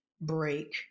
break